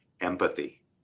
empathy